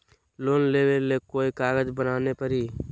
Loan लेबे ले कोई कागज बनाने परी?